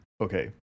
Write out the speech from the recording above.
Okay